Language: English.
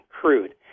crude